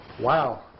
Wow